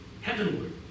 heavenward